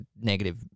negative